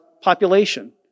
population